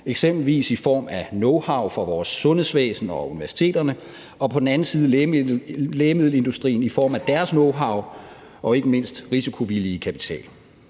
eksempelvis i form af knowhow fra vores sundhedsvæsen og universiteterne, og på den anden side lægemiddelindustrien i form af deres knowhow og ikke mindst risikovillige kapital.